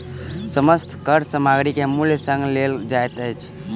समस्त कर सामग्री के मूल्य संग लेल जाइत अछि